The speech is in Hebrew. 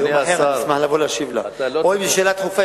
או אם יש שאלה דחופה,